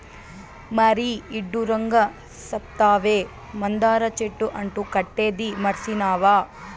మరీ ఇడ్డూరంగా సెప్తావే, మందార చెట్టు అంటు కట్టేదీ మర్సినావా